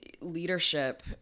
leadership